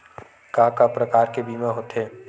का का प्रकार के बीमा होथे?